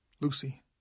Lucy